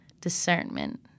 discernment